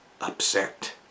upset